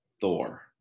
Thor